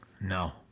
No